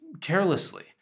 carelessly